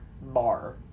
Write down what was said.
bar